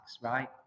right